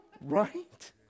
Right